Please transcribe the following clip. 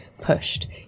pushed